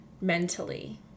mentally